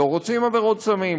לא רוצים עבירות סמים,